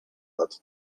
lat